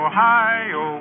Ohio